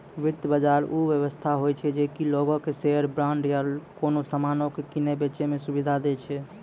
वित्त बजार उ व्यवस्था होय छै जे कि लोगो के शेयर, बांड या कोनो समानो के किनै बेचै मे सुविधा दै छै